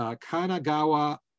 Kanagawa